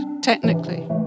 technically